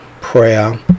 prayer